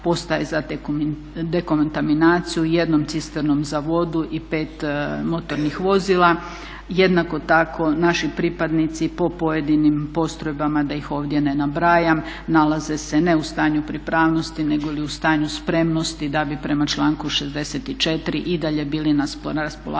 postaje za dekontaminaciju, jednom cisternom za vodu i 5 motornih vozila. Jednako tako naši pripadnici po pojedinim postrojbama da ih ovdje ne nabrajam nalaze se ne u stanju pripravnosti nego li u stanju spremnosti da bi prema članku 64. i dalje bili na raspolaganju